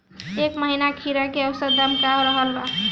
एह महीना खीरा के औसत दाम का रहल बा?